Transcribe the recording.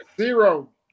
zero